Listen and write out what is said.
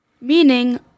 Meaning